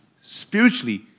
spiritually